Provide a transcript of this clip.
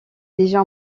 déjà